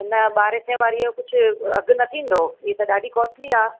ना ॿारहें सैं वारीअ जो कुझु अघु न थींदो ही त ॾाढी कास्टली आहे